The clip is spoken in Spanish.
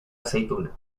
aceituna